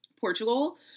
Portugal